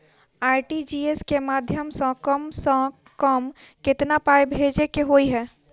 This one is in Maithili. आर.टी.जी.एस केँ माध्यम सँ कम सऽ कम केतना पाय भेजे केँ होइ हय?